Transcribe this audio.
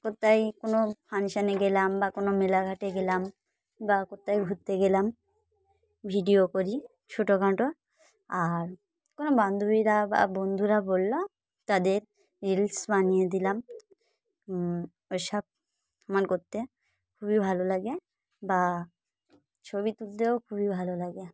কোথাও কোনো ফাংশানে গেলাম বা কোনো মেলাঘাটে গেলাম বা কোথাও ঘুরতে গেলাম ভিডিও করি ছোটখাটো আর কোনো বান্ধবীরা বা বন্ধুরা বলল তাদের রিলস বানিয়ে দিলাম ওইসব আমার করতে খুবই ভালো লাগে বা ছবি তুলতেও খুবই ভালো লাগে